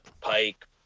pike